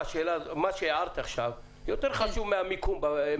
מה שהערת עכשיו חשוב יותר מההערה שלך על המיקום של המוזמנים,